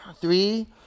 three